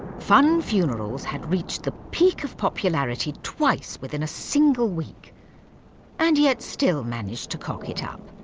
funn funerals had reached the peak of popularity twice within a single week and yet still managed to cock it up.